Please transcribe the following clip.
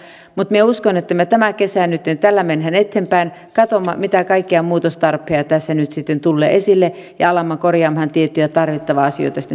mutta minä uskon että me tämän kesän nyt tällä menemme eteenpäin katsomme mitä kaikkia muutostarpeita tässä nyt sitten tulee esille ja alamme korjaamaan tiettyjä tarvittavia asioita sitten syksyllä